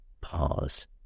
pause